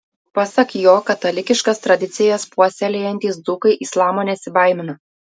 pasak jo katalikiškas tradicijas puoselėjantys dzūkai islamo nesibaimina